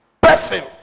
person